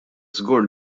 żgur